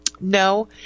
No